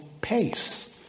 pace